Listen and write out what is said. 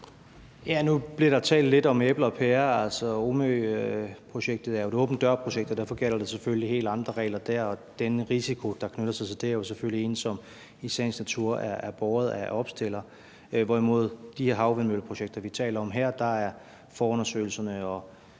Nu blev der talt lidt om æbler og pærer. Altså, Omø Syd-projektet er jo et åbent dør-projekt, og derfor gælder der selvfølgelig helt andre regler der. Den risiko, der knytter sig til det, er jo selvfølgelig en, som i sagens natur er båret af opstiller, hvorimod i de havvindmølleprojekter, vi taler om her, er forundersøgelserne og